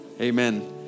Amen